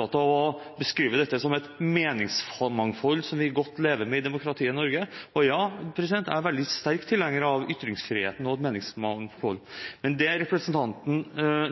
av å beskrive dette som et meningsmangfold som vi kan godt leve med i demokratiet Norge. Ja, jeg er veldig sterk tilhenger av ytringsfriheten og et meningsmangfold, men det som representanten